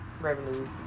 revenues